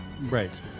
Right